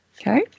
okay